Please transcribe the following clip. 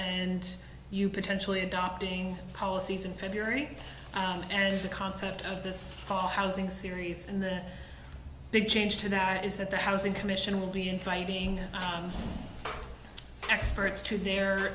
and you potentially adopting policies in february and the concept of this car housing series and the big change tonight is that the housing commission will be inviting experts to their